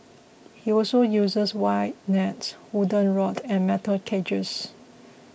he also uses wide nets wooden rod and metal cages